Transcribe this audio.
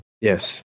Yes